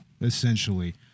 essentially